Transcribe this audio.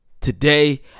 Today